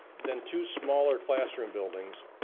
then two smaller classroom buildings,